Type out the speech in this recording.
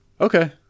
Okay